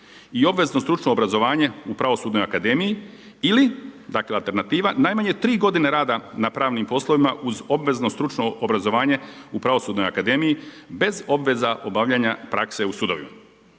i obvezno stručno obrazovanje u pravosudnoj akademiji ili dakle, alternativa najmanje 3 g. rada na pravim poslovima uz obvezno stručno obrazovanje u pravosudnoj akademiji bez obveza obavljanja prakse u sudovima.